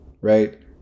right